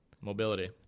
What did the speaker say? mobility